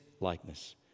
likeness